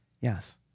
yes